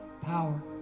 power